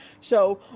So-